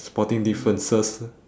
spotting differences